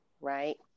right